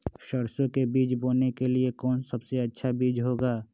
सरसो के बीज बोने के लिए कौन सबसे अच्छा बीज होगा?